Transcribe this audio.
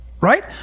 right